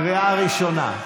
קריאה ראשונה.